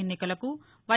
ఎన్నికలకు వై